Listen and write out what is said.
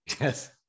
yes